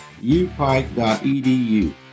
upike.edu